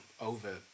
over